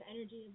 energy